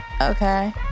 Okay